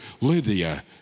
Lydia